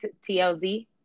TLZ